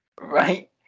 Right